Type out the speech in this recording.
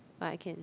I can